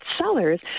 sellers